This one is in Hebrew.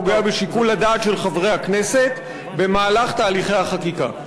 פוגע בשיקול הדעת של חברי הכנסת במהלך תהליכי החקיקה.